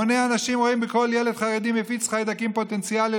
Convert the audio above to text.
המוני אנשים רואים בכל ילד חרדי מפיץ חיידקים פוטנציאלי,